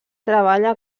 treballa